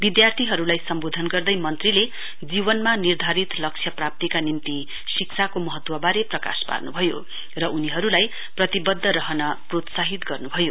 विधार्थीहरुलाई सम्बोधन गर्दै मन्त्री जीवनमा निर्धारित लक्ष्य प्रप्तिका निम्ति शिक्षाको महत्ववारे प्रकाश पार्नुभयो र उनीहरुलाई प्रतिवध्द रहन प्रोत्साहित गर्नुभयो